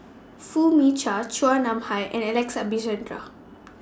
Foo Mee Har Chua Nam Hai and Alex Abisheganaden